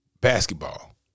Basketball